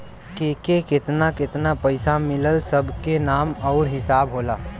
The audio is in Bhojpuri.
केके केतना केतना पइसा मिलल सब के नाम आउर हिसाब होला